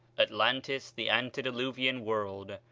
atlantis the antediluvian world.